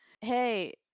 hey